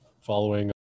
following